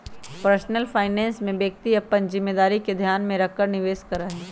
personal finance में व्यक्ति अपन जिम्मेदारी के ध्यान में रखकर निवेश करा हई